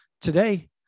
today